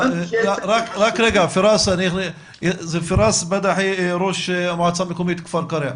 רק רגע, פראס בדחי, ראש המועצה המקומית כפר קרע.